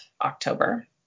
October